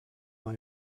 call